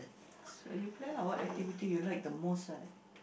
so you plan lah what activity you like the most lah